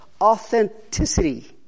authenticity